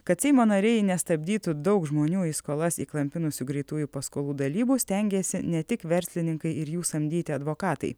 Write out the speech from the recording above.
kad seimo nariai nestabdytų daug žmonių į skolas įklampinusių greitųjų paskolų dalybų stengėsi ne tik verslininkai ir jų samdyti advokatai